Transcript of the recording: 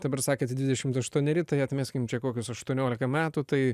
dabar sakėt dvidešim aštuoneri tai atmeskim čia kokius aštuoniolika metų tai